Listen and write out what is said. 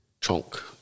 chunk